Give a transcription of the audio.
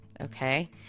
okay